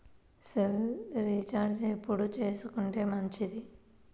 Cell recharge ఎప్పుడు చేసుకొంటే మంచిది?